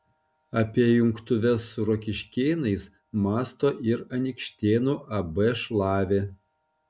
apie jungtuves su rokiškėnais mąsto ir anykštėnų ab šlavė